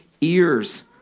ears